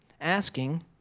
asking